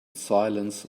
silence